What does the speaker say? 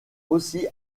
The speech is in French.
aussi